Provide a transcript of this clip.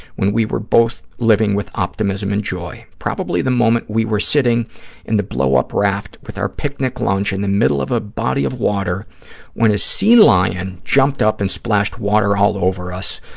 when we were both living with optimism and joy, probably the moment we were sitting in the blow-up raft with our picnic lunch in the middle of a body of water when a sea lion jumped up and splashed water all over us,